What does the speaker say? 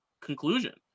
conclusion